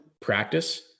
practice